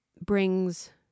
brings